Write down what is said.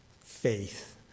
faith